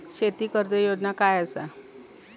शेती कर्ज योजना काय असा?